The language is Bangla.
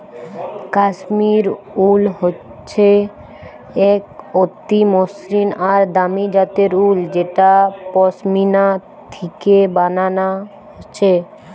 কাশ্মীর উল হচ্ছে এক অতি মসৃণ আর দামি জাতের উল যেটা পশমিনা থিকে বানানা হচ্ছে